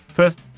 first